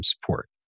support